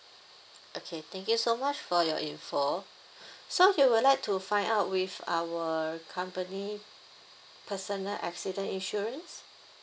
okay thank you so much for your info so you would like to find out with our company personal accident insurance